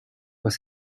was